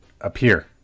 appear